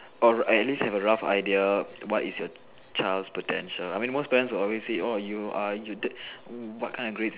or at least have a rough idea what is your child's potential I mean most parents will always say orh you are you what kind of grades